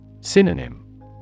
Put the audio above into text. Synonym